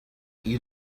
you